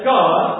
God